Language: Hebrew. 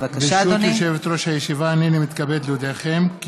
אני קובעת כי